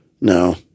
No